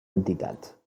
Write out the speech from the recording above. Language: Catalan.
entitat